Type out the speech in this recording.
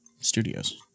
Studios